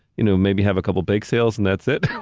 you know, maybe have a couple big sales and that's it.